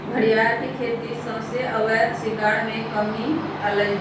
घरियार के खेती होयसे अवैध शिकार में कम्मि अलइ ह